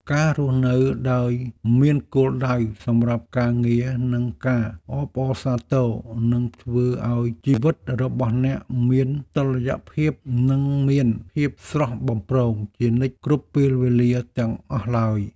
ការរស់នៅដោយមានគោលដៅសម្រាប់ការងារនិងការអបអរសាទរនឹងធ្វើឱ្យជីវិតរបស់អ្នកមានតុល្យភាពនិងមានភាពស្រស់បំព្រងជានិច្ចគ្រប់ពេលវេលាទាំងអស់ឡើយ។